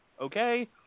Okay